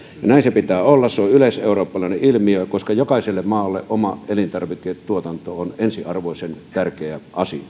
näin sen pitää olla se on yleiseurooppalainen ilmiö koska jokaiselle maalle oma elintarviketuotanto on ensiarvoisen tärkeä